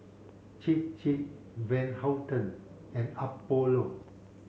Chir Chir Van Houten and Apollo